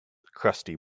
crusty